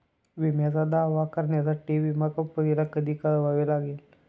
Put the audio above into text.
विम्याचा दावा करण्यासाठी विमा कंपनीला कधी कळवावे लागते?